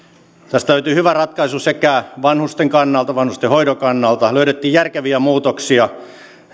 tästä löytyi hyvä ratkaisu vanhusten kannalta vanhustenhoidon kannalta löydettiin järkeviä muutoksia